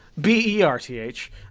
B-E-R-T-H